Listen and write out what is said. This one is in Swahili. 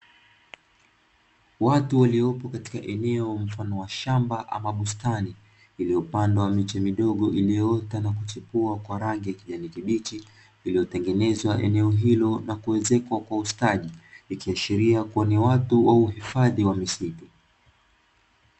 Watu waliopo katika eneo mfano wa shamba ama bustani, iliyopandwa miche midogo iliyoota na kuchepua kwa rangi ya kijani kibichi. Iliyotengenezwa eneo hilo na kuezekwa kwa usadi ikiashiria kuwa ni watu au wahifadhi wa misitu.